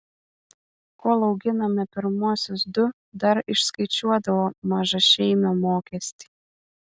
kol auginome pirmuosius du dar išskaičiuodavo mažašeimio mokestį